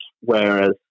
whereas